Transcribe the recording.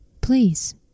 Please